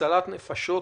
בהצלת נפשות,